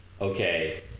Okay